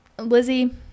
Lizzie